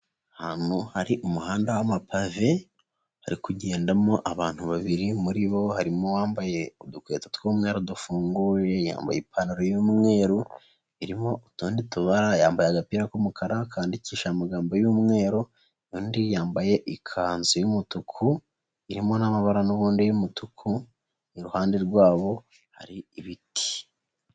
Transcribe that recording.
Ahantu hari umuhanda w'amapave hari kugendamo abantu babiri muri bo harimo uwambaye udukweto tw'umweru dufunguye, yambaye ipantaro y'umweru irimo utundi tubara, yambaye agapira k'umukara kandindikisha amagambo y'umweru, undi yambaye ikanzu y'umutuku irimo n'amabara nubundi y'umutuku, iruhande rwabo hari ibiti.